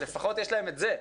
אז לפחות יש להם את זה.